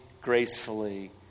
gracefully